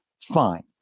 Fine